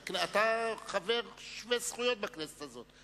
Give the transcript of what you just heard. חבר שווה זכויות בכנסת הזאת.